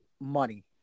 money